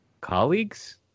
colleagues